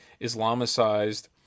Islamicized